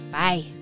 Bye